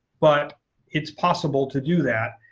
but it's possible to do that.